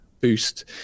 boost